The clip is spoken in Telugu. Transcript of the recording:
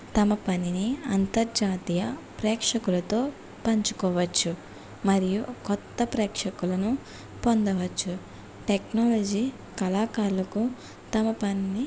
తమ పనిని అంతర్జాతీయ ప్రేక్షకులతో పంచుకోవచ్చు మరియు కొత్త ప్రేక్షకులను పొందవచ్చు టెక్నాలజీ కళాకారులకు తమ పనిని